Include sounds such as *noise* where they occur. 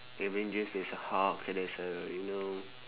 avengers there's a hulk *noise* there's a you know